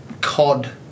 cod